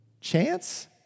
Chance